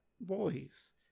boys